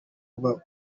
uba